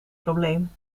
probleem